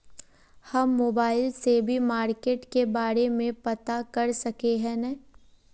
हम मोबाईल से भी मार्केट के बारे में पता कर सके है नय?